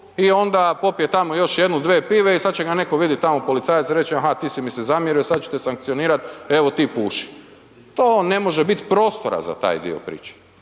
i onda popije tamo još 1-2 pive i sad će ga netko vidit policajac i reći, aha ti si mi se zamjerio sad ću te sankcionirat, evo ti puši. To ne može biti prostora za taj dio priče,